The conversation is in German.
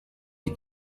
die